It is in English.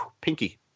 pinky